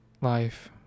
life